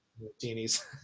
martinis